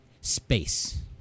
Space